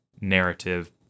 narrative